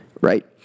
right